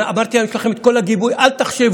אמרתי: יש לכם את כל הגיבוי, אל תחשבו,